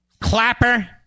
Clapper